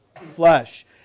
flesh